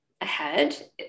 ahead